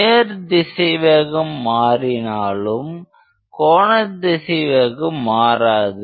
நேரியல் திசைவேகம் மாறினாலும் கோணத் திசைவேகம் மாறாது